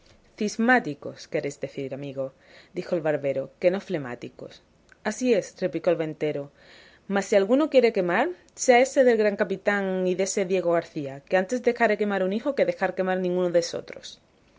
cismáticos queréis decir amigo dijo el barbero que no flemáticos así es replicó el ventero mas si alguno quiere quemar sea ese del gran capitán y dese diego garcía que antes dejaré quemar un hijo que dejar quemar ninguno desotros